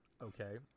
Okay